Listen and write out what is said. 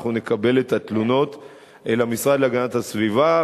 ואנחנו נקבל את התלונות אל המשרד להגנת הסביבה,